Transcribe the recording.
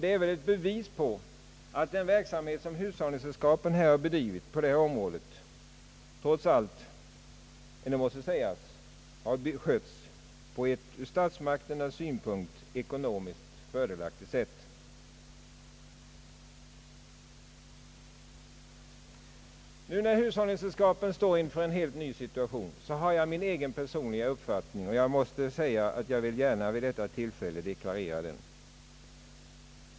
Det är väl ett bevis på att den verksamhet som hushållningssällskapen har bedrivit på detta område måste sägas ha skötts på ett ur statsmakternas synpunkt ekonomiskt fördelaktigt sätt. När hushållningssällskapen nu står inför en helt ny situation har jag min egen personliga uppfattning, som jag gärna vid detta tillfälle vill deklarera.